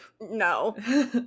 No